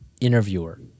interviewer